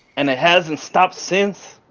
and it hasn't stopped since